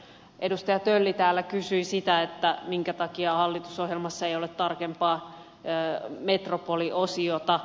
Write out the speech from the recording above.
edustaja tölli täällä kysyi sitä minkä takia hallitusohjelmassa ei ole tarkempaa metropoli osiota